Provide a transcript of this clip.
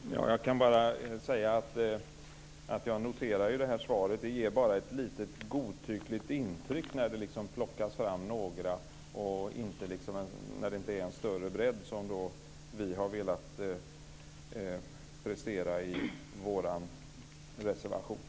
Fru talman! Jag kan bara säga att jag noterar svaret. Det ger bara ett lite godtyckligt intryck när det plockas fram några saker och det inte är en större bredd, som vi i vår reservation har velat att man skall prestera.